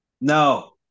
No